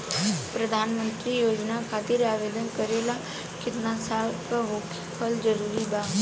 प्रधानमंत्री योजना खातिर आवेदन करे ला केतना साल क होखल जरूरी बा?